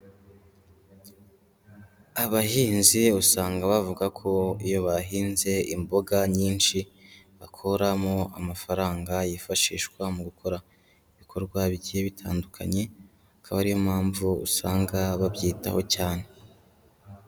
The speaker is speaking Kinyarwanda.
Abahinzi usanga bavuga ko iyo bahinze imboga nyinshi bakuramo amafaranga yifashishwa mu gukora ibikorwa bigiye bitandukanye, akaba ari yo mpamvu usanga babyitaho cyane.